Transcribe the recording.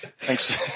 Thanks